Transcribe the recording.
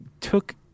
took